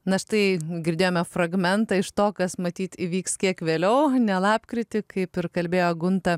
na štai girdėjome fragmentą iš to kas matyt įvyks kiek vėliau ne lapkritį kaip ir kalbėjo gunta